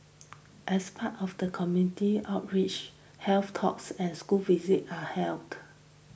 as part of community outreach health talks and school visits are held